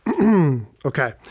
Okay